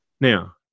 Now